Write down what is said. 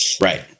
Right